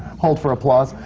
hold for applause.